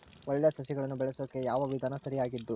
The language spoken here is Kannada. ಒಳ್ಳೆ ಸಸಿಗಳನ್ನು ಬೆಳೆಸೊಕೆ ಯಾವ ವಿಧಾನ ಸರಿಯಾಗಿದ್ದು?